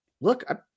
look